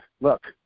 look